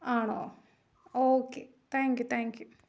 ആണോ okay thank you thank U